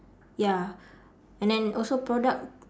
ya and then also product